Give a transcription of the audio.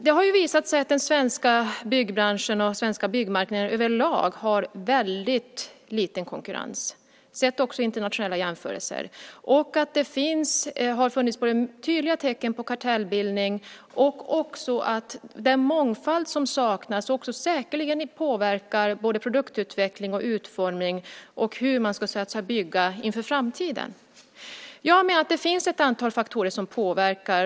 Det har visat sig att den svenska byggbranschen och den svenska byggmarknaden överlag har väldigt lite konkurrens, sett också i internationella jämförelser. Det har funnits tydliga tecken på kartellbildning. Att det även saknas mångfald påverkar säkerligen både produktutveckling och utformning liksom hur man ska bygga för framtiden. Jag menar att det finns ett antal faktorer som påverkar.